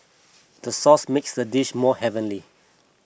the sauce makes this dish more heavenly